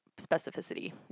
specificity